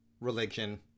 religion